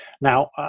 Now